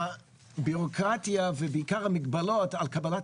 הבירוקרטיה ובעיקר המגבלות על קבלת